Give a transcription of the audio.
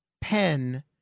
pen